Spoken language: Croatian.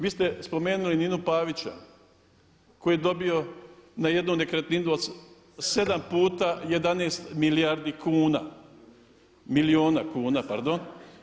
Vi ste spomenuli Ninu Pavića koji je dobio na jednu nekretninu 7 puta 11 milijardi kuna, milijuna kuna pardon.